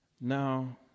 now